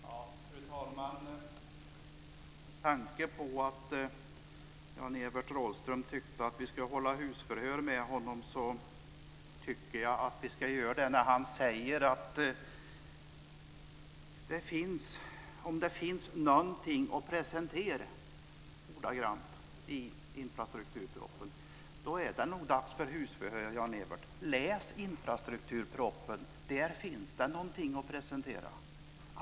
Fru talman! Med tanke på att Jan-Evert Rådhström tyckte att vi skulle hålla husförhör med honom anser jag att vi ska göra det när han säger att vi "åtminstone har någonting att presentera" i infrastrukturpropositionen. Då är det nog dags för husförhör, Jan-Evert Rådhström. Läs infrastrukturpropositionen! Där finns det någonting att presentera.